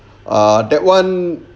ah that one